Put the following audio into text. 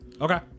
Okay